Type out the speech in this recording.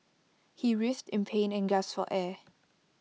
he writhed in pain and gasped for air